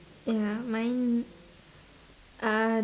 ya mine uh